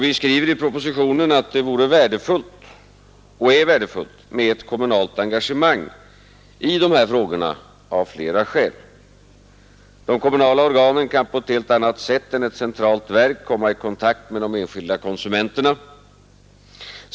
Vi skriver också i propositionen att det av flera skäl är värdefullt med ett kommunalt engagemang i dessa frågor. De kommunala organen kan på ett helt annat sätt än ett centralt verk komma i kontakt med de enskilda konsumenterna.